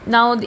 Now